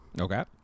okay